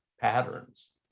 patterns